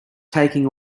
taking